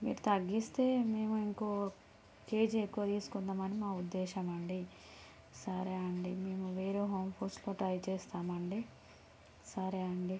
మీరు తగ్గిస్తే మేము ఇంకో కేజీ ఎక్కువ తీసుకుందామని మా ఉద్దేశం అండీ సరే అండీ మేము వేరే హోమ్ ఫుడ్స్లో ట్రై చేస్తాము అండీ సరే అండీ